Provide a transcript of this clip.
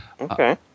okay